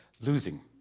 losing